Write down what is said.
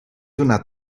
una